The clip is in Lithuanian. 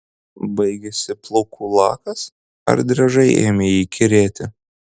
baigėsi plaukų lakas ar driežai ėmė įkyrėti